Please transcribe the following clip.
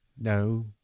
no